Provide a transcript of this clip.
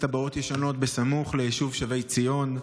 תב"עות ישנות סמוך ליישוב שבי ציון.